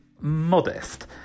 modest